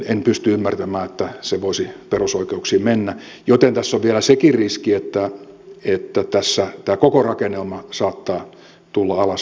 en pysty ymmärtämään että se voisi perusoikeuksiin mennä joten tässä on vielä sekin riski että tämä koko rakennelma saattaa tulla alas niin kuin korttitalo